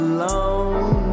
alone